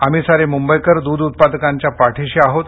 आम्ही सारे मुंबईकर दूध उत्पादकांच्या पाठीशी आहोत